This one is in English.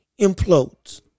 implodes